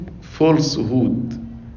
falsehood